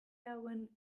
hauen